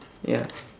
ya